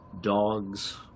dogs